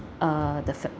uh the family